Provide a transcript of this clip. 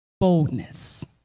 boldness